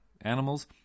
animals